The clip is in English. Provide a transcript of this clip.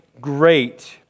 great